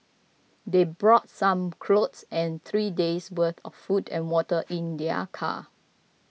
they brought some clothes and three days worth of food and water in their car